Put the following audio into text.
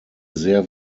sehr